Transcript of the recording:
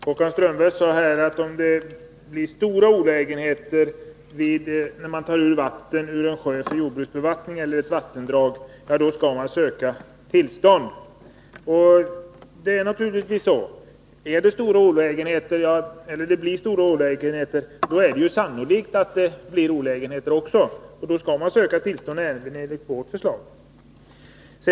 Herr talman! Håkan Strömberg sade, att om det blir stora olägenheter när man tar vatten ur en sjö eller ett vattendrag för jordbruksvattning, skall man söka tillstånd. Det är naturligtvis så. Blir det stora olägenheter, får det nog anses ha varit sannolikt att så skulle bli fallet, och då skall man söka tillstånd även enligt vårt förslag.